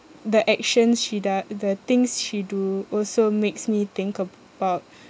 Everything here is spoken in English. the action she doe~ the things she do also makes me think about